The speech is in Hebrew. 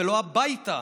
לא הביתה.